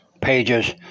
pages